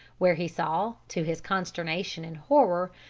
where he saw, to his consternation and horror,